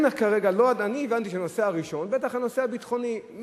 אני הבנתי שהנושא הראשון הוא בטח הנושא הביטחוני,